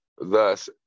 Thus